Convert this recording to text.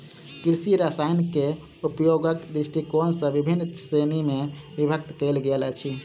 कृषि रसायनकेँ उपयोगक दृष्टिकोण सॅ विभिन्न श्रेणी मे विभक्त कयल गेल अछि